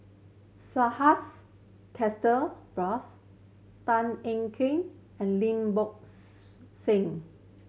Subhas Chandra Bose Tan Ean Kiam and Lim Bo Seng